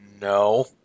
No